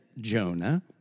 Jonah